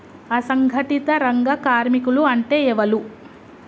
అసంఘటిత రంగ కార్మికులు అంటే ఎవలూ?